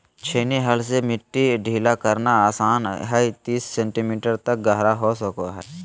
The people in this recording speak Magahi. छेनी हल से मिट्टी ढीला करना आसान हइ तीस सेंटीमीटर तक गहरा हो सको हइ